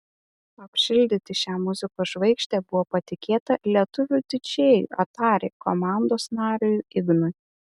apšildyti šią muzikos žvaigždę buvo patikėta lietuviui didžėjui atari komandos nariui ignui